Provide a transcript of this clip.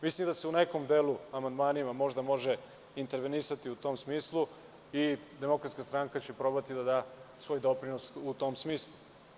Mislim da se u nekom delu amandmanima možda može intervenisati u tom smislu i DS će probati da da svoj doprinos u tom smislu.